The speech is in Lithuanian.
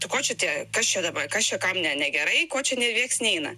tai ko čia tie kas čia dabar kas čia kam ne negerai ko čia ne nieks neina